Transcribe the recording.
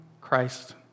Christ